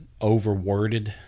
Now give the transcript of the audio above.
overworded